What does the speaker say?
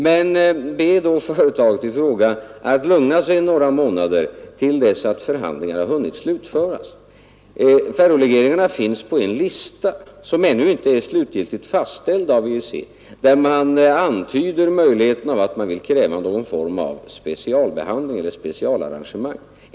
Men be då företaget i fråga att lugna sig några månader till dess att förhandlingarna har hunnit slutföras. Ferrolegeringarna finns på en lista som ännu inte är slutgiltigt fastställd av EEC, och man antyder möjligheten av krav på någon form av specialbehandling eller specialarrangemang.